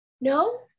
No